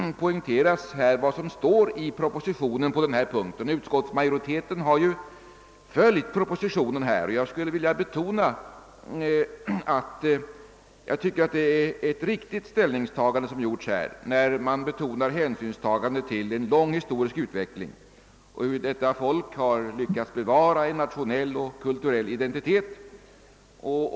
Vad som står i propositionen på denna punkt bör betonas. Utskottsmajoriteten har ju följt propositionen, och jag tycker det är ett riktigt ställningstagande som gjorts när man understryker hänsynstagandet till en lång historisk utveckling — hur ett folk har lyckats bevara en nationell och kulturell identitet.